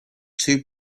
too